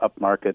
upmarket